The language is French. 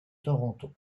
toronto